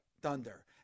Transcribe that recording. Thunder